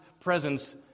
presence